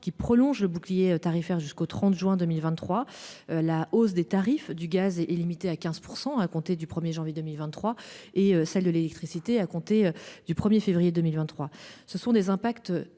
2023 prolonge le bouclier tarifaire jusqu'au 30 juin 2023. La hausse des tarifs du gaz est limitée à 15 % à compter du 1janvier 2023 et celle de l'électricité l'est à compter du 1 février 2023. Ces mesures